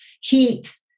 heat